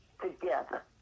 together